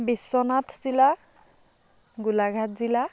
বিশ্বনাথ জিলা গোলাঘাট জিলা